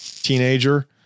Teenager